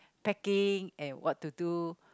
packing and what to do